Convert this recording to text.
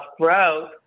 growth